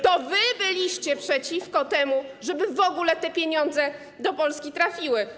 To wy byliście przeciwko temu, żeby w ogóle te pieniądze do Polski trafiły.